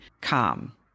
calm